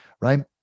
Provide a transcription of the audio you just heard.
right